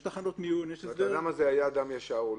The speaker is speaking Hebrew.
יש תחנות מיון --- האדם היה אדם ישר,